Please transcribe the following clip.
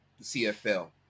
CFL